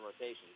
rotation